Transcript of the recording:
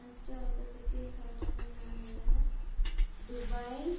ପାଞ୍ଚଟି ଅନ୍ତର୍ଜାତୀୟ ସହରର ନାଁ ହେଲା ଦୁବାଇ